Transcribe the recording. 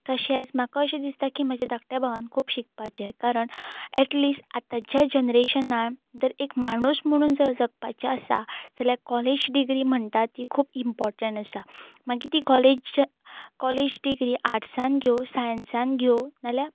तशेंच म्हाका अशें दिसता की म्हज्या धाकट्या भावान खूब शिकपाचें कारण ऍटलीस्ट आतांच्या जनरेशनान जर एक माणूस म्हणून जर जगपाचें आसा जाल्यार कॉलेज डिग्री म्हणटा ती खूब इम्पोर्टंट आसा मागीर ती कॉलेज कॉलेज डिग्री आर्ट्सान घेवं सायन्सान घेवं नाजाल्यार